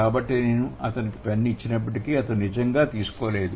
కాబట్టి నేను అతనికి పెన్ను ఇచ్చినప్పటికీ అతను నిజంగా తీసుకోలేదు